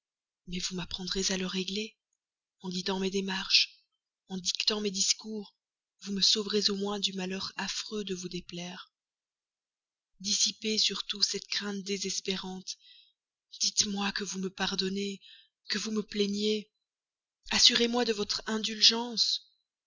mais vous m'apprendrez à le régler en guidant mes démarches en dictant mes discours vous me sauverez au moins du malheur affreux de vous déplaire dissipez surtout cette crainte désespérante dites-moi que vous me pardonnez que vous me plaignez assurez moi de votre indulgence